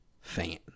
fan